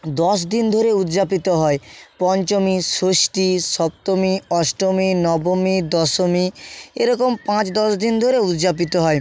দশ দিন ধরে উদ্যাপিত হয় পঞ্চমী ষষ্ঠী সপ্তমী অষ্টমী নবমী দশমী এরকম পাঁচ দশ দিন ধরে উদ্যাপিত হয়